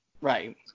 Right